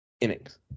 innings